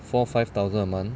four five thousand a month